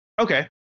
Okay